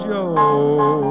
Joe